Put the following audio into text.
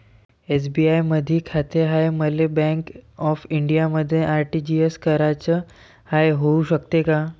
SBI मधी खाते हाय, मले बँक ऑफ इंडियामध्ये आर.टी.जी.एस कराच हाय, होऊ शकते का?